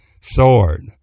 sword